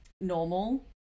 Normal